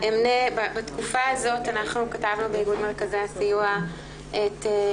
בתקופה הזאת אנחנו באיגוד מרכזי הסיוע כתבנו